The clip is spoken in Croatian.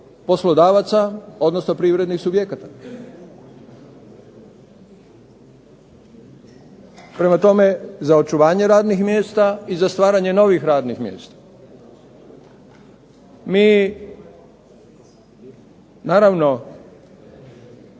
poslodavaca, odnosno privrednih subjekata. Prema tome za očuvanje radnih mjesta i za stvaranje novih radnih mjesta. Mi naravno